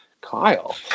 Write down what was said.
Kyle